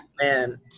man